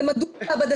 זה מדוד מעבדתית.